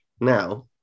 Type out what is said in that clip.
now